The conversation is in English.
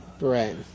Right